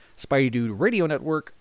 SpideyDudeRadioNetwork